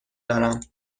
دارم